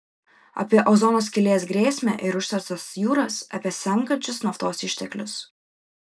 apie ozono skylės grėsmę ir užterštas jūras apie senkančius naftos išteklius